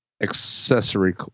accessory